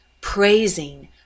praising